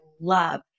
love